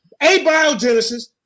abiogenesis